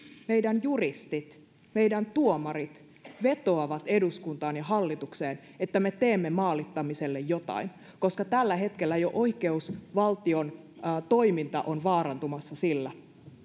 meidän juristit meidän tuomarit vetoavat eduskuntaan ja hallitukseen että me teemme maalittamiselle jotain koska tällä hetkellä jo oikeusvaltion toiminta on vaarantumassa sillä